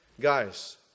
guys